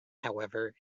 however